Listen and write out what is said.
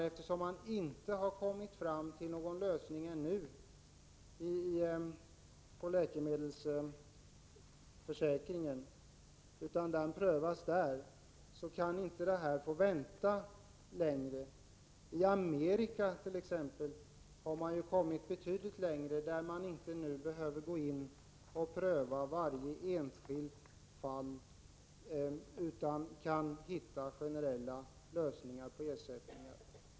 Eftersom man ännu inte kommit fram till någon lösning i fråga om läkemedelsförsäkringen, kan frågan inte få vänta längre. I Amerika har man t.ex. kommit betydligt längre. Där behöver man nu inte pröva varje enskilt fall, utan där kan man hitta generella lösningar beträffande ersättningen.